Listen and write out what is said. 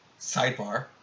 sidebar